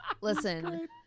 Listen